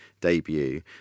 debut